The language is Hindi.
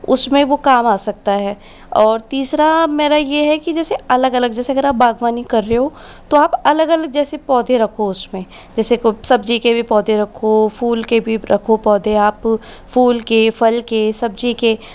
उसमें वह काम आ सकता है और तीसरा मेरा यह है कि जैसे अलग अलग जैसे अगर आप बागवानी कर रहे हो तो आप अलग अलग जैसे पौधे रखो उसमें जैसे सब्ज़ी के भी पौधे रखो फूल के भी रखो पौधे आप फूल के फल के सब्ज़ी के